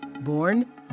born